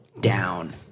down